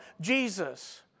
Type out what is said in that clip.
Jesus